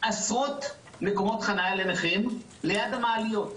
עשרות מקומות חניה לנכים ליד המעליות,